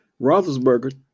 Roethlisberger